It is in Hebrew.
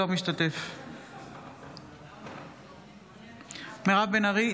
אינו משתתף בהצבעה מירב בן ארי,